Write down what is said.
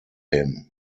him